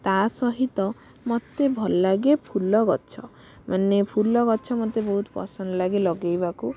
ତା ସହିତ ମୋତେ ଭଲ ଲାଗେ ଫୁଲ ଗଛ ମାନେ ଫୁଲ ଗଛ ମୋତେ ବହୁତ ପସନ୍ଦ ଲାଗେ ଲଗାଇବାକୁ